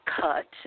cut